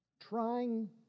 trying